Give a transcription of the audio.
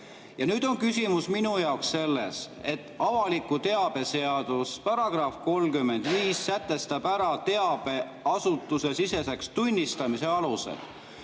Ja nüüd on küsimus minu jaoks selles, et avaliku teabe seaduse § 35 sätestab ära teabe asutusesiseseks tunnistamise alused.